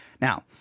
Now